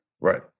Right